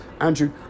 Andrew